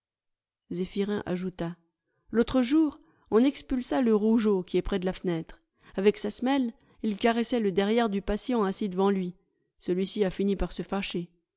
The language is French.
ajouta l'autre jour on expulsa le rou geaud qui est près de la fenêtre avec sa semelle il caressait le derrière du patient assis devant lui celuici a fini par se fâcher